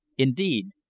indeed,